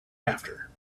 after